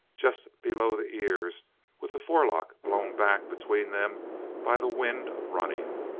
just below the ears with the forelock blown back between them by the wind of running.